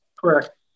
Correct